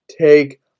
Take